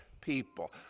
people